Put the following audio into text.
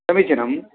समीचीनम्